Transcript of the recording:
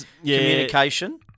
communication